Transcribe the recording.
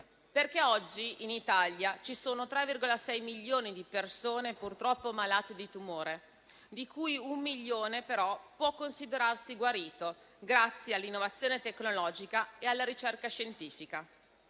purtroppo, in Italia ci sono 3,6 milioni di persone malate di tumore, di cui un milione però può considerarsi guarito grazie all'innovazione tecnologica e alla ricerca scientifica.